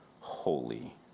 holy